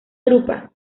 drupa